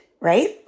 right